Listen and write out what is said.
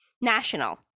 national